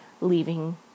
leaving